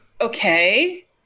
Okay